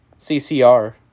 CCR